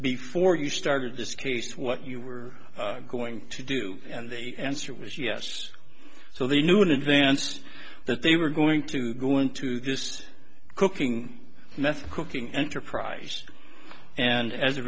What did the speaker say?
before you started this case what you were going to do and the answer was yes so they knew in advance that they were going to go into this cooking meth cooking enterprise and as a